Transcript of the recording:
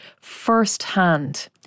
firsthand